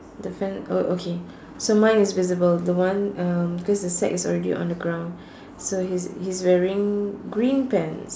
the fan oh okay so mine is visible the one uh because the set is already on the ground so he's he's wearing green pants